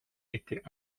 était